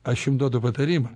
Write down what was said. aš jum duodu patarimą